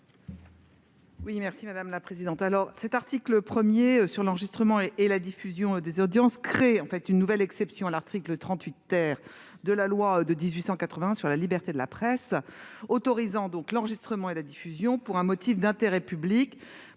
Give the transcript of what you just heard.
est l'avis de la commission ? Cet article 1 sur l'enregistrement et la diffusion des audiences crée une nouvelle exception à l'article 38 de la loi de 1881 sur la liberté de la presse, autorisant donc l'enregistrement et la diffusion pour un motif d'intérêt public.